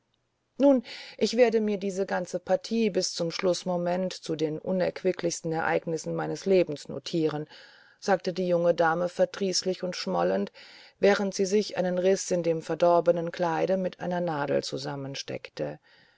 nun ich werde mir diese ganze partie bis zum schlußmoment zu den unerquicklichsten ereignissen meines lebens notieren sagte die junge dame verdrießlich und schmollend während sie sich einen riß in dem verdorbenen kleide mit einer nadel